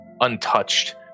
untouched